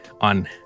on